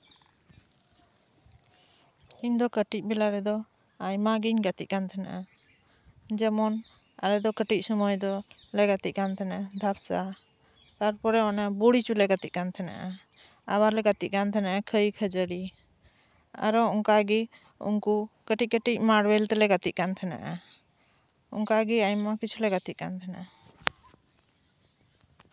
ᱤᱧ ᱫᱚ ᱠᱟᱴᱤᱡ ᱵᱮᱞᱟ ᱨᱮᱫᱚ ᱟᱭᱢᱟ ᱜᱤᱧ ᱜᱟᱛᱮᱜ ᱠᱟᱱ ᱛᱟᱦᱮᱸᱱᱟ ᱡᱮᱢᱚᱱ ᱟᱞᱮ ᱫᱚ ᱠᱟᱴᱤᱡ ᱥᱚᱢᱚᱭ ᱫᱚᱞᱮ ᱜᱟᱛᱮᱜ ᱠᱟᱱ ᱛᱟᱦᱮᱸᱱᱟ ᱫᱷᱟᱯᱥᱟ ᱛᱟᱨᱯᱚᱨᱮ ᱚᱱᱮ ᱵᱚᱲᱤᱪᱩ ᱞᱮ ᱜᱟᱛᱮᱜ ᱠᱟᱱ ᱛᱟᱦᱮᱸᱱᱟ ᱟᱵᱟᱨ ᱞᱮ ᱜᱟᱛᱮᱜ ᱠᱟᱱ ᱛᱟᱦᱮᱸᱱᱟ ᱠᱷᱟᱹᱭ ᱠᱷᱟᱹᱡᱟᱹᱲᱤ ᱟᱨᱚ ᱚᱱᱠᱟ ᱜᱮ ᱩᱱᱠᱩ ᱠᱟᱴᱤᱡᱼᱠᱟᱴᱤᱡ ᱢᱟᱨᱵᱮᱞ ᱛᱮᱞᱮ ᱜᱟᱛᱮᱜ ᱠᱟᱱ ᱛᱟᱦᱮᱸᱱᱟ ᱚᱱᱠᱟ ᱜᱮ ᱟᱭᱢᱟ ᱠᱤᱪᱷᱩ ᱞᱮ ᱜᱟᱛᱮᱜ ᱠᱟᱱ ᱛᱟᱦᱮᱸᱱᱟ